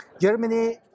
Germany